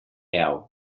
hau